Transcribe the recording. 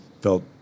felt